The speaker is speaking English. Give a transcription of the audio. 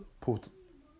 put